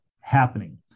happening